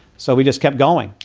so we just kept going,